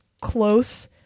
close